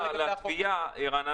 כספיים.